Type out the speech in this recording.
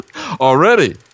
Already